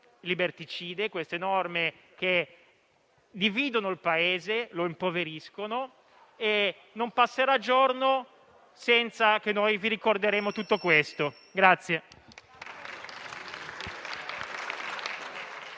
liberticide che dividono il Paese e lo impoveriscono. Non passerà giorno senza che noi vi ricorderemo tutto questo.